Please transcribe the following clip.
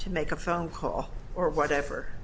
to make a phone call or whatever